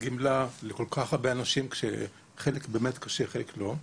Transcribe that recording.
לכל כך הרבה אנשים שלחלק באמת קשה וחלק לא.